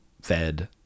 fed